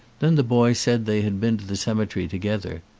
then the boy said they had been to the cemetery to gether.